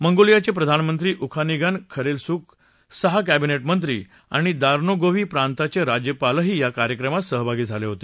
मंगोलियाचे प्रधानमंत्री Ukhnaagiin Khurelsukh सहा कँबिनेट मंत्री आणि दोर्नोगोव्ही प्रांताचे राज्यपालही या कार्यक्रमात सहभागी झाले होते